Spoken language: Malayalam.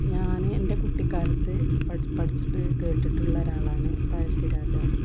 ഞാൻ എന്റെ കുട്ടിക്കാലത്ത് പഠി പഠിച്ചിട്ട് കേട്ടിട്ടുള്ളൊരാളാണ് പഴശ്ശിരാജാവ്